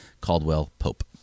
Caldwell-Pope